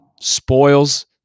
spoils